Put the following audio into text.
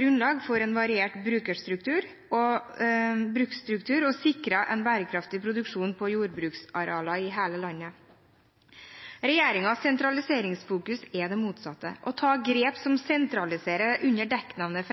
grunnlag for en variert bruksstruktur og sikre en bærekraftig produksjon på jordbruksarealer i hele landet. Regjeringens sentraliseringsfokus er det motsatte. Å ta grep som sentraliserer, under